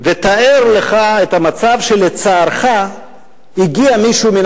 ותאר לך את המצב שלצערך הגיע מישהו מן